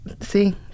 see